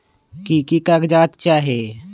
की की कागज़ात चाही?